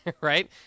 right